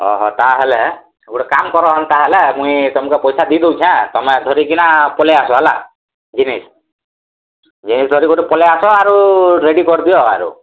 ଓହୋ ତା ହେଲେ ଗୋଟେ କାମ୍ କର ତାହେଲେ ମୁଇଁ ତମକୁ ପଇସା ଦେଇ ଦଉଛେଁ ଆଁ ତୁମେ ଧରିକି ନା ପଳାଇ ଆସ ହେଲା ଜିନିଷ୍ ଗୋଟେ ପଳାଇ ଆସ ଆରୁ ରେଡ଼ି କରି ଦିଅ ଆରୋ